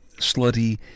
slutty